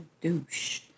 douche